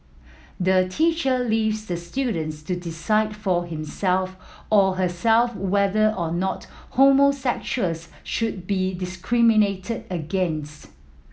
the teacher leaves the students to decide for himself or herself whether or not homosexuals should be discriminated against